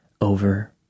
over